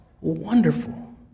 Wonderful